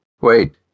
Wait